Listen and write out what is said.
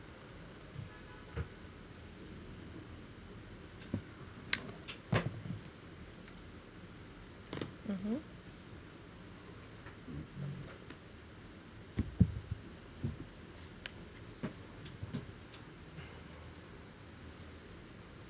mmhmm